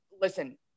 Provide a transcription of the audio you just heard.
listen